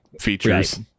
features